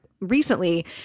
recently